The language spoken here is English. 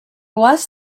was